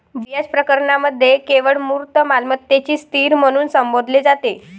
बर्याच प्रकरणांमध्ये केवळ मूर्त मालमत्तेलाच स्थिर म्हणून संबोधले जाते